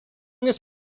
this